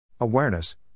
Awareness